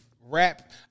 rap